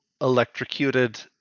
electrocuted